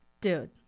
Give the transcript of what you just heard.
Dude